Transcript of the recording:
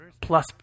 plus